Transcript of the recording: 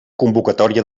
convocatòria